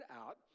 out